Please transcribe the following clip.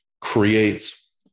creates